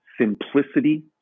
simplicity